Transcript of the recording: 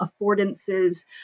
affordances